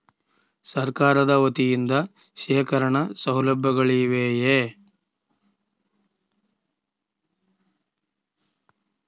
ಸರಕಾರದ ವತಿಯಿಂದ ಶೇಖರಣ ಸೌಲಭ್ಯಗಳಿವೆಯೇ?